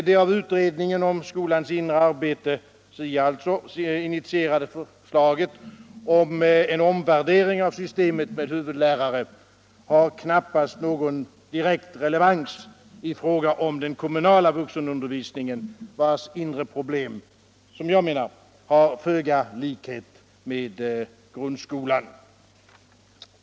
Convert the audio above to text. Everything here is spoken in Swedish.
Det av utredningen om skolans inre arbete — SIA — initierade förslaget om en omvärdering av systemet med huvudlärare har knappast någon direkt relevans i fråga om den kommunala vuxenundervisningen, vars inre problem, som jag menar, har föga likhet med grundskolans.